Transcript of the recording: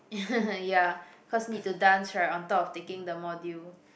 ya cause need to dance right on top of taking the module